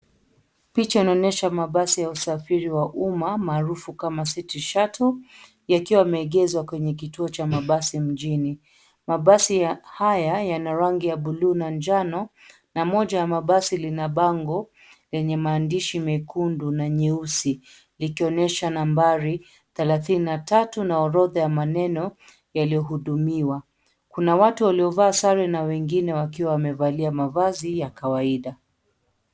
Picha linaonyesha mabasi ya usafiri wa umma maarufu kama City shuttle, yakiwa yameegeshwa kwenye kituo cha mabasi katikati ya mjini. Mabasi haya yana rangi ya bluu na njano na moja ya mabasi lina bango lenye maandishi mekundu na nyeusi likionyesha nambari thelathini na tatu na orodha ya maneno yaliyo hudumiwa. Kuna watu waliovaa sare na wengine wakiwa wamevalia mavazi ya kawaida .